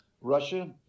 Russia